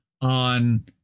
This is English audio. on